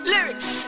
Lyrics